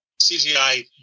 CGI